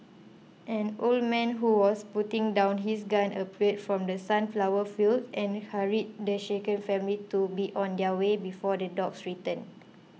an old man who was putting down his gun appeared from the sunflower fields and hurried the shaken family to be on their way before the dogs return